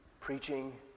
preaching